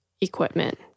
equipment